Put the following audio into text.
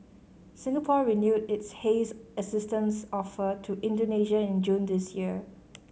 Singapore renewed its haze assistance offer to Indonesia in June this year